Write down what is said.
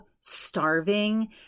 starving